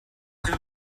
two